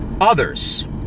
others